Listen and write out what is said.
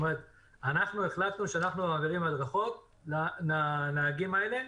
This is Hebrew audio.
אנחנו החלטנו שאנחנו מעבירים הדרכות לנהגים האלה.